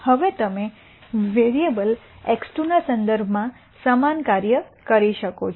હવે તમે variable x2 ના સંદર્ભમાં સમાન કાર્ય કરી શકો છો